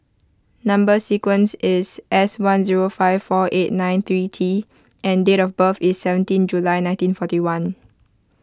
Number Sequence is S one zero five four eight nine three T and date of birth is seventeen July nineteen forty one